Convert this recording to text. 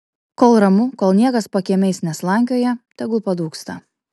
kol ramu kol niekas pakiemiais neslankioja tegul padūksta